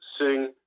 sing